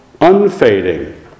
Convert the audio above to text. unfading